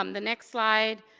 um the next slide,